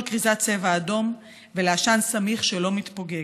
כריזת צבע אדום ולעשן סמיך שלא מתפוגג,